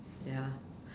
ya lah